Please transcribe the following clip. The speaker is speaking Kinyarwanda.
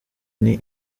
nti